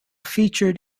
featured